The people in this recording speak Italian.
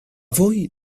voi